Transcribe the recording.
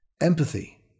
Empathy